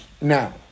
now